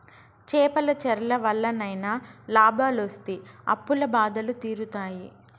చేపల చెర్ల వల్లనైనా లాభాలొస్తి అప్పుల బాధలు తీరుతాయి